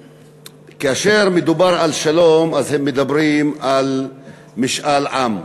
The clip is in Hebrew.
שכאשר מדובר על שלום אז הם מדברים על משאל עם,